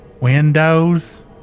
Windows